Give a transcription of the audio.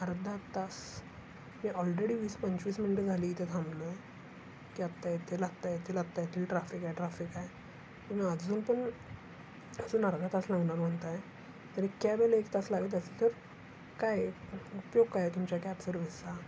अर्धा तास मी ऑलरेडी वीस पंचवीस मिनटं झाली इथे थांबलो आहे की आत्ता येतील आत्ता येतील आत्ता येतील ट्राफिक आहे ट्राफिक आहे तुम्ही अजून पण अजून अर्धा तास लागणार म्हणत आहे तरी कॅब यायला एक तास लागत असेल तर काय उपयोग काय तुमच्या कॅब सर्विसचा